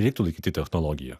reiktų laikyti technologija